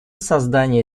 создания